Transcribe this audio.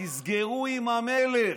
תסגרו עם המלך.